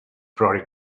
brought